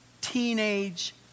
teenage